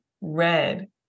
red